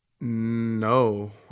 no